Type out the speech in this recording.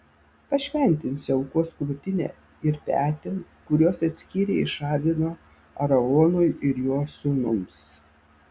pašventinsi aukos krūtinę ir petį kuriuos atskyrei iš avino aaronui ir jo sūnums